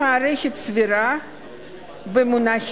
ולאחר מכן משיב השר זאב בנימין בגין,